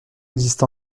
existe